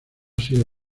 sido